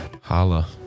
holla